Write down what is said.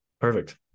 Perfect